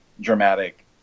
dramatic